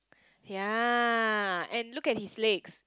ya and look at his legs